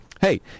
hey